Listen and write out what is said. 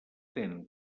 tenen